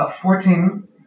fourteen